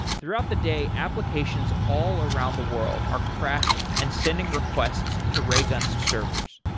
throughout the day, applications all around the world are crashing and sending requests to raygun's servers.